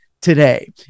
today